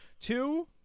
two